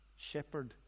shepherd